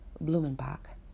Blumenbach